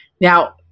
Now